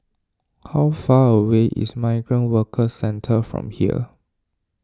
how far away is Migrant Workers Centre from here